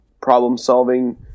problem-solving